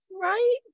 right